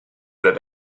that